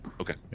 Okay